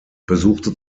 besuchte